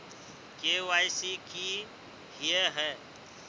KYC की हिये है?